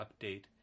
update